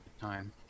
time